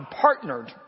partnered